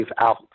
out